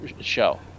show